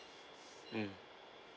mm